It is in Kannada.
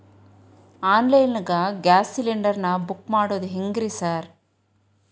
ಆನ್ಲೈನ್ ನಾಗ ಗ್ಯಾಸ್ ಸಿಲಿಂಡರ್ ನಾ ಬುಕ್ ಮಾಡೋದ್ ಹೆಂಗ್ರಿ ಸಾರ್?